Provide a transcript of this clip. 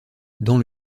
dans